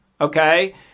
okay